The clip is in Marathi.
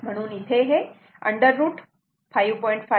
म्हणून इथे हे √ 5